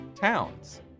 Towns